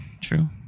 True